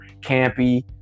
campy